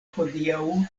hodiaŭ